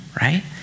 right